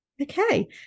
Okay